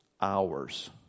hours